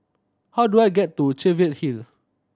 how do I get to Cheviot Hill